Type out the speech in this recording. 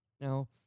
Now